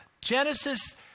Genesis